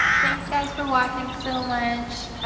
thanks guys for watching so much!